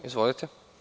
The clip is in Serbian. Izvolite.